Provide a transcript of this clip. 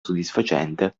soddisfacente